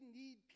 need